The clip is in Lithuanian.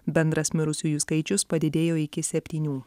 bendras mirusiųjų skaičius padidėjo iki septynių